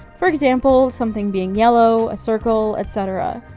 for example, something being yellow, a circle, etc.